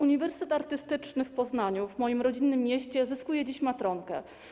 Uniwersytet Artystyczny w Poznaniu, w moim rodzinnym mieście zyskuje dziś matronkę.